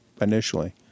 initially